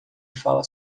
fala